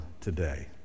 today